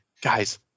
guys